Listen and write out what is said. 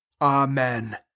Amen